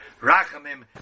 Rachamim